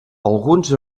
alguns